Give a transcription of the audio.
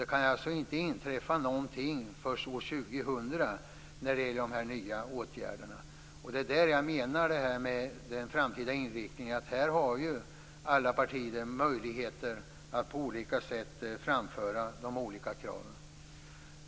Det kan inte inträffa någonting förrän 2000. Därför har alla partier möjligheter att på olika sätt framföra de olika kraven när det gäller den framtida inriktningen.